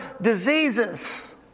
diseases